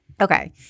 okay